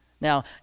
Now